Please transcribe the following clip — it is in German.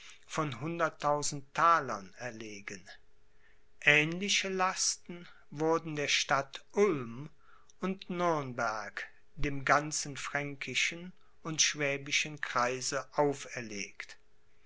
von hunderttausend thalern erlegen aehnliche lasten wurden der stadt ulm und nürnberg dem ganzen fränkischen und schwäbischen kreise auferlegt